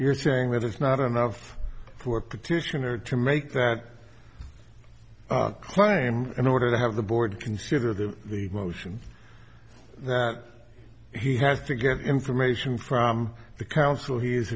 you're saying there's not enough for petitioner to make that claim in order to have the board consider the motion he has to get information from the council he